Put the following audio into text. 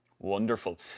Wonderful